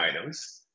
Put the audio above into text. items